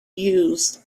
used